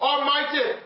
Almighty